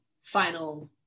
final